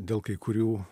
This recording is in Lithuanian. dėl kai kurių